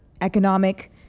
economic